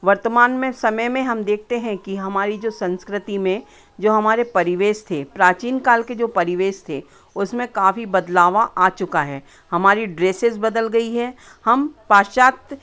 वर्तमान में समय में हम देखते हैं कि हमारी जो संस्कृति में जो हमारे परिवेश थे प्राचीन काल के जो परिवेश थे उसमें काफी बदलाव आ चुका है हमारी ड्रेसेस बदल गई हैं हम पाश्चात्य